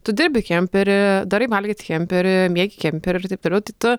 tu dirbi kempery darai valgyt kempery miegi kempery ir taip toliau tai tu